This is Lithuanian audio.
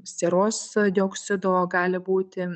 sieros dioksido gali būti